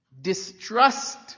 distrust